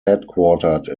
headquartered